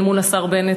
אל מול השר בנט,